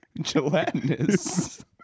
Gelatinous